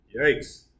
Yikes